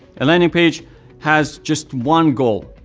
a landing page has just one goal,